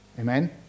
Amen